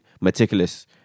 meticulous